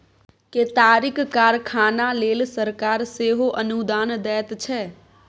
केतारीक कारखाना लेल सरकार सेहो अनुदान दैत छै